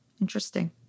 interesting